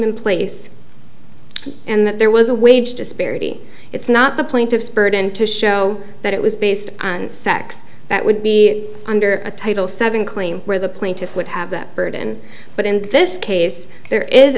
in place and that there was a wage disparity it's not the plaintiff's burden to show that it was based on sex that would be under a title seven claim where the plaintiff would have that burden but in this case there is